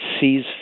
sees